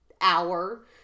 hour